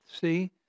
See